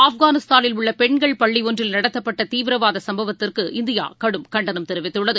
ஆப்கானிஸ்தானில் உள்ளபெண்கள் பள்ளிஒன்றில் நடத்தப்பட்டதீவிரவாதசம்பவத்திற்கு இந்தியாகடும் கண்டனம் தெரிவித்துள்ளது